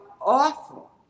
awful